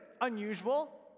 unusual